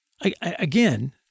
Again